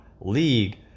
league